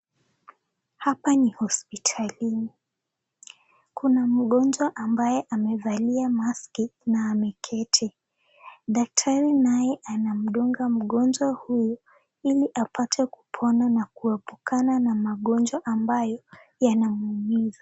Hapa ni hosiptalini, kuna mgonjwa mbaye amevalia maski na ameketi, daktari naye anamdunga mgonjwa huyu ili apate kupona na kuepukana na magonjwa ambayo yanamuumiza.